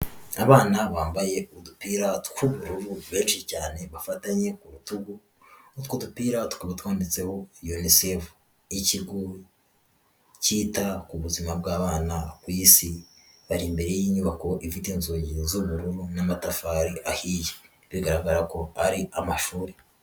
Abana bambaye udupira tw'ubururu, benshi cyane bafatanye ku rutugu, utwo dupira tukaba twanditseho yunisefu. Ikigo cyita ku buzima bw'abana ku Isi. Bari imbere y'inyubako ifite inzugi z'ubururu n'amatafari ahiye, bigaragara ko ari amashuri.